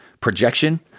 projection